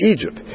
Egypt